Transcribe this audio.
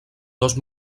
dos